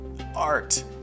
art